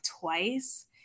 twice